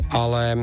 ale